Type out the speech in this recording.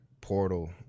portal